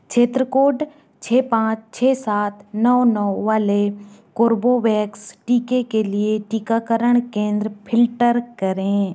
क्षेत्र कोड छ पाँच छ सात नौ नौ वाले कोर्बोवैक्स टीके के लिए टीकाकरण केंद्र फिल्टर करें